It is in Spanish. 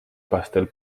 pastel